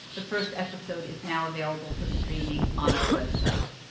the first episode is now available for streaming on our website.